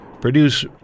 produce